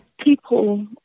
People